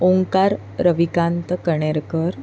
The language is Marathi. ओंकार रविकांत कणेरकर